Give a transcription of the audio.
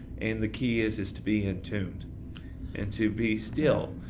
and the key is is to be in tune and to be still.